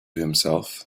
himself